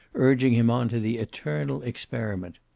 urging him on to the eternal experiment.